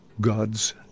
God's